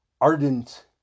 ardent